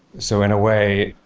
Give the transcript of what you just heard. so in a way,